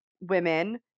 women